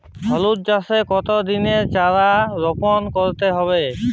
হলুদ চাষে কত দিনের চারা রোপন করতে হবে?